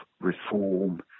reform